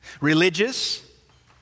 Religious